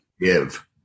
give